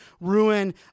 ruin